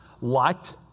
liked